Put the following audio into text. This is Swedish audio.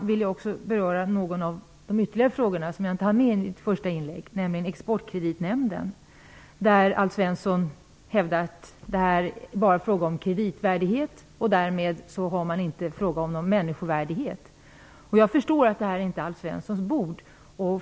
Jag vill också beröra en av de frågor som jag inte hann med i mitt första inlägg, nämligen frågan om Exportkreditnämnden. Alf Svensson hävdade att det bara är fråga om kreditvärdighet och därmed inte om någon människovärdighet. Jag förstår att detta inte är Alf Svenssons bord.